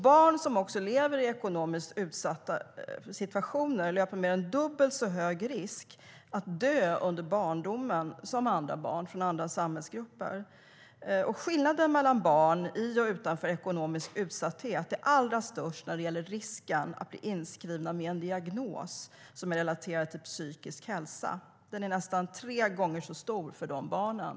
Barn som lever i ekonomiskt utsatta situationer löper mer än dubbelt så hög risk som barn från andra samhällsgrupper att dö under barndomen. Skillnaden mellan barn i och utanför ekonomisk utsatthet är allra störst när det gäller risken att bli inskriven med en diagnos som är relaterad till psykisk hälsa. Den är nästan tre gånger så stor för de barnen.